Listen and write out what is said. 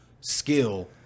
skill